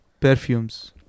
Perfumes